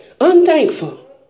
unthankful